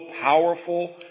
powerful